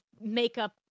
makeup